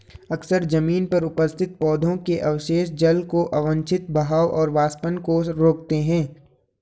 अक्सर जमीन पर उपस्थित पौधों के अवशेष जल के अवांछित बहाव और वाष्पन को रोकते हैं